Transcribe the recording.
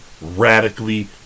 radically